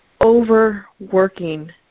overworking